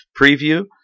preview